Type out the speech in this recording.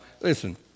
listen